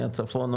מהצפון,